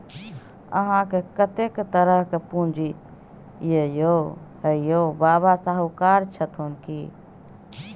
अहाँकेँ कतेक तरहक पूंजी यै यौ? बाबा शाहुकार छथुन की?